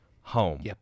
home